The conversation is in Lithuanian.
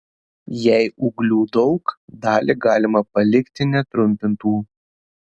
jei ūglių daug dalį galima palikti netrumpintų